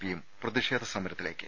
പിയും പ്രതിഷേധ സമരത്തിലേക്ക്